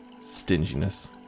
stinginess